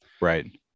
Right